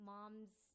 Mom's